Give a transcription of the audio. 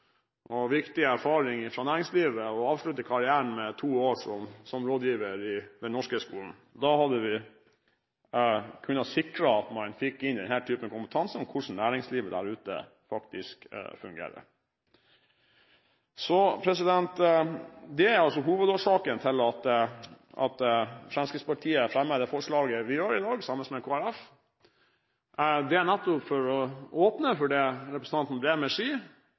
og viktig erfaring fra næringslivet å avslutte karrieren med to år som rådgiver i den norske skolen. Da hadde vi kunnet sikre at vi fikk inn kompetanse om hvordan næringslivet der ute faktisk fungerer. Det er hovedårsaken til at Fremskrittspartiet fremmer det forslaget vi gjør i dag sammen med Kristelig Folkeparti. Det er nettopp for å åpne for det representanten